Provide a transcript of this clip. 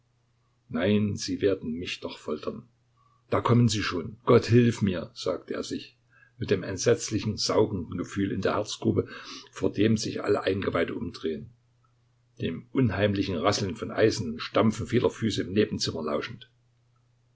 nein sie werden mich doch foltern da kommen sie schon gott hilf mir sagte er sich mit dem entsetzlichen saugenden gefühl in der herzgrube vor dem sich alle eingeweide umdrehen dem unheimlichen rasseln von eisen und dem stampfen vieler füße im nebenzimmer lauschend